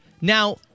Now